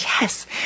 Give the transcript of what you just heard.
Yes